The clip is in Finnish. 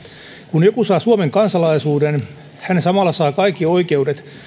kun joku saa suomen kansalaisuuden hän samalla saa kaikki oikeudet